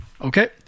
Okay